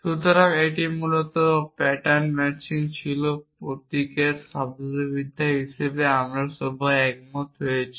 সুতরাং এটি মূলত প্যাটার্ন ম্যাচিং ছিল প্রতীকের শব্দার্থবিদ্যা হিসাবে আমরা সবাই একমত হয়েছি